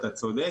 אתה צודק,